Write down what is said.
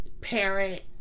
parent